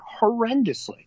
horrendously